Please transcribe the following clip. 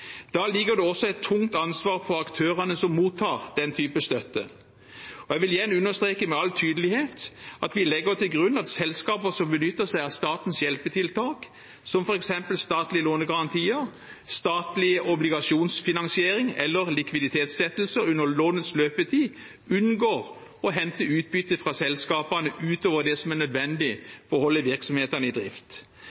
Da ligger det også et tungt ansvar på aktørene som mottar den type støtte. Jeg vil igjen understreke med all tydelighet at vi legger til grunn at selskaper som benytter seg av statens hjelpetiltak, som f.eks. statlige lånegarantier, statlig obligasjonsfinansering eller likviditetslettelser under lånets løpetid, unngår å hente ut utbytte fra selskapene utover det som er nødvendig